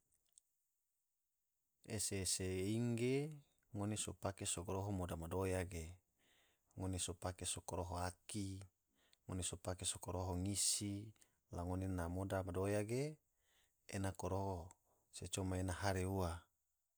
Ese ese ing ge ngone so pake ese ing, ngone so pake koroho moda madoya ge, ngone so pake so koroho aki, ngone so pake so koroho ngisi, la ngone na moda madoya ge ena koroho se coma ena hare ua.